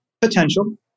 potential